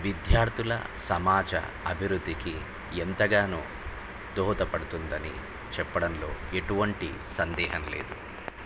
విద్యార్థుల సమాజ అభివృద్ధికి ఎంతగానో దోహదపడుతుందని చెప్పడంలో ఎటువంటి సందేహం లేదు